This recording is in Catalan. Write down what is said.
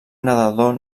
nedador